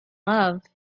love